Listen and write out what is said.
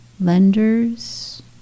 lenders